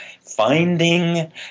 finding